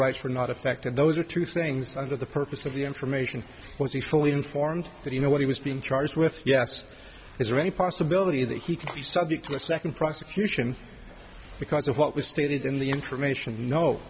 rights for not affected those are two things that the purpose of the information was he fully informed that you know what he was being charged with yes is there any possibility that he could be subject to a second prosecution because of what was stated in the information